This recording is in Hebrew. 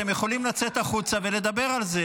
אתם יכולים לצאת החוצה ולדבר על זה.